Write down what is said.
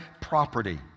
property